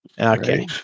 okay